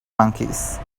monkeys